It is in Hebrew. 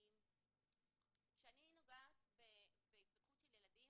כשאני נוגעת בהתפתחות של ילדים,